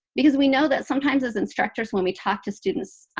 because we know that sometimes as instructors, when we talk to students,